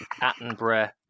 Attenborough